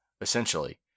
essentially